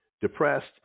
depressed